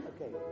Okay